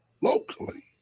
locally